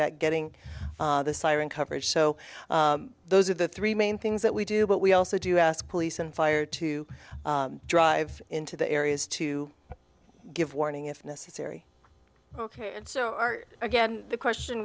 that getting the siren coverage so those are the three main things that we do but we also do ask police and fire to drive into the areas to give warning if necessary ok so again the question